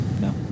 No